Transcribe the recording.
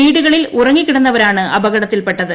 വീടുകളിൽ ഉറങ്ങിക്കിടന്നവരാണ് അപകടത്തിൽപ്പെട്ടത്